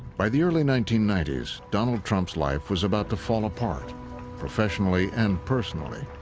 by the early nineteen ninety s, donald trump's life was about to fall apart professionally and personally.